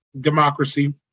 democracy